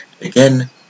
Again